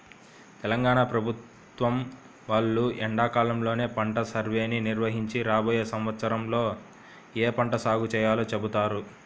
తెలంగాణ ప్రభుత్వం వాళ్ళు ఎండాకాలంలోనే పంట సర్వేని నిర్వహించి రాబోయే సంవత్సరంలో ఏ పంట సాగు చేయాలో చెబుతారు